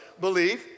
believe